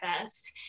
best